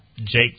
Jake